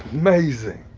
amazing.